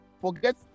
forget